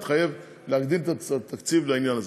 התחייב להגדיל את התקציב לעניין הזה.